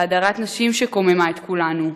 בהדרת נשים שקוממה את כולנו,